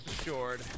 assured